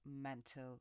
mental